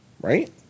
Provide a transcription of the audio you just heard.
Right